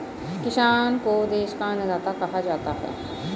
किसान को देश का अन्नदाता कहा जाता है